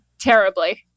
Terribly